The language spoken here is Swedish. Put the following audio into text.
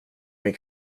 mig